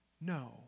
No